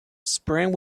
spring